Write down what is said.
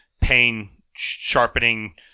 pain-sharpening